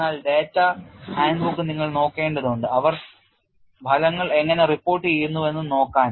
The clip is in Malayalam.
എന്നാൽ ഡാറ്റ ഹാൻഡ്ബുക്ക് നിങ്ങൾ നോക്കേണ്ടതുണ്ട് അവർ ഫലങ്ങൾ എങ്ങനെ റിപ്പോർട്ടുചെയ്യുന്നുവെന്ന് നോക്കാൻ